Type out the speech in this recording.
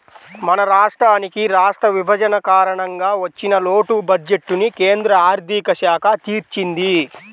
మన రాష్ట్రానికి రాష్ట్ర విభజన కారణంగా వచ్చిన లోటు బడ్జెట్టుని కేంద్ర ఆర్ధిక శాఖ తీర్చింది